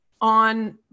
on